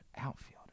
outfielder